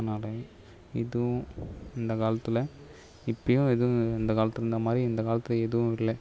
அதனால் இதுவும் இந்த காலத்தில் இப்படியும் இதுவும் அந்த காலத்தில் இருந்தமாதிரி இந்த காலத்தில் எதுவும் இல்லை